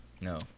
No